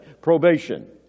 probation